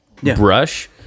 brush